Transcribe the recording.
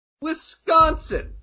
Wisconsin